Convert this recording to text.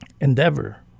endeavor